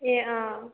ए अँ